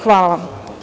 Hvala vam.